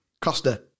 Costa